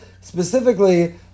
specifically